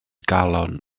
galon